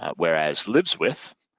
whereas lives with,